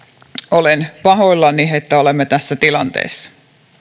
olen pahoillani että olemme tässä tilanteessa